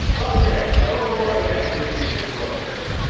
okay no more inaccuracies with the globes.